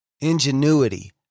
ingenuity